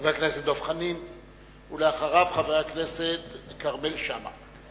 חבר הכנסת דב חנין, ואחריו, חבר הכנסת כרמל שאמה.